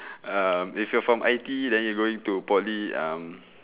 um if you're from I_T_E then you going to poly um